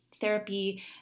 therapy